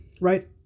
right